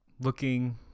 Looking